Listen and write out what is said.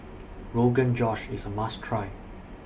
Rogan Josh IS A must Try